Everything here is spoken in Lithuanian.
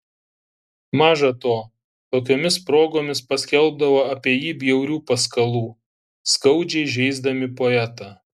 maža to tokiomis progomis paskelbdavo apie jį bjaurių paskalų skaudžiai žeisdami poetą